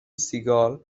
سیگال